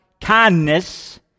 kindness